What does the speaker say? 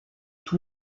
tout